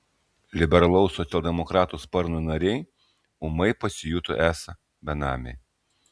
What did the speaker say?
liberalaus socialdemokratų sparno nariai ūmai pasijuto esą benamiai